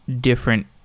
different